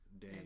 day